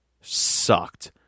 sucked